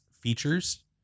features